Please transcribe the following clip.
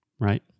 Right